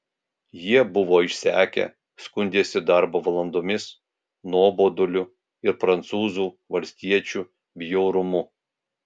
jie buvo išsekę skundėsi darbo valandomis nuoboduliu ir prancūzų valstiečių bjaurumu